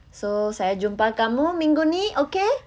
so saya jumpa kamu minggu ni okay